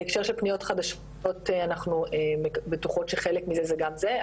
בהקשר של פניות חדשות אנחנו בטוחות שחלק מזה זה גם זה,